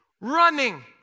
running